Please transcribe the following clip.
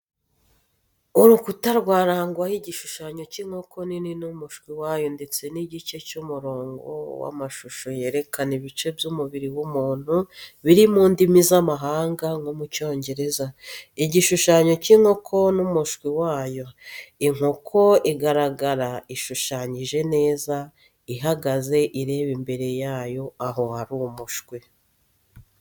Urukuta rwarangwaho igishushanyo cy’inkoko nini n’umushwi wayo ndetse n'igice cy’umurongo w’amashusho yerekana ibice by’umubiri w’umuntu, biri mu ndimi z'amahanga nko mu Cyongereza. Igishushanyo cy’inkoko n’umushwi wayo. Inkoko iragaragara ishushanyije neza, ihagaze, ireba imbere yayo aho hari umushwi.